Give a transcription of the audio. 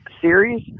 series